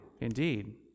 indeed